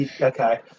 Okay